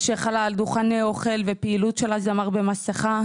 שכלל דוכני אוכל ופעילות של הזמר במסכה,